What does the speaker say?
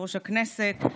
יושב-ראש הכנסת,